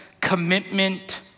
commitment